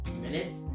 minutes